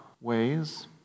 ways